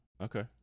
Okay